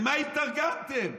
למה התארגנתם?